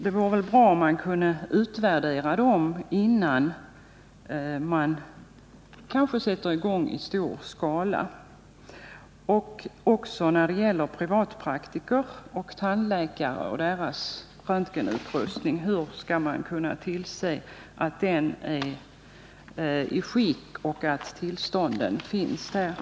Det vore bra om man kunde utvärdera den innan man sätter i gång i stor skala. Detta gäller också privatpraktiker och tandläkare. Hur skall man kunna se till att deras utrustning är i gott skick och att det finns tillstånd?